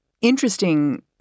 interesting